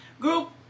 group